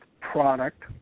product